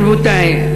רבותי,